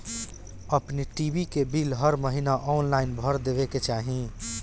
अपनी टी.वी के बिल हर महिना ऑनलाइन भर देवे के चाही